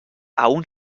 aún